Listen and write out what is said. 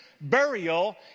burial